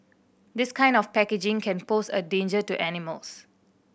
this kind of packaging can pose a danger to animals